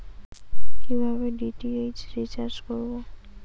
কিভাবে DTH recharge করব?